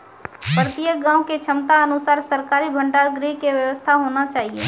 प्रत्येक गाँव के क्षमता अनुसार सरकारी भंडार गृह के व्यवस्था होना चाहिए?